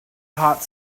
hot